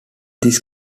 this